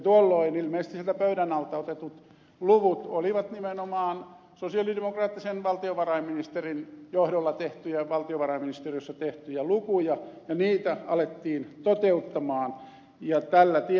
tuolloin ilmeisesti sieltä pöydän alta otetut luvut olivat nimenomaan sosialidemokraattisen valtiovarainministerin johdolla tehtyjä valtiovarainministeriössä tehtyjä lukuja ja niitä alettiin toteuttaa ja tällä tiellä nyt ollaan